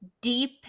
Deep